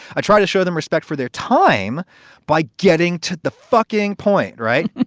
i try to show them respect for their time by getting to the fucking point. right.